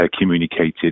communicated